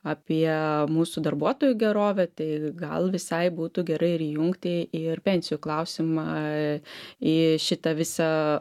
apie mūsų darbuotojų gerovę tai gal visai būtų gerai ir įjungti ir pensijų klausimą į šitą visą